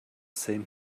same